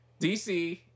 DC